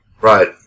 Right